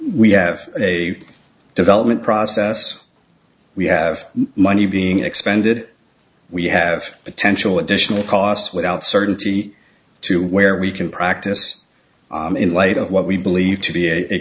we have a development process we have money being expended we have potential additional costs without certainty to where we can practice in light of what we believe to be a